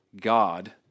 God